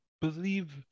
believe